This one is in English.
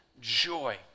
joy